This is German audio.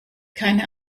keine